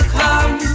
come